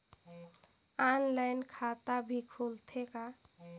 Online खाता भी खुलथे का?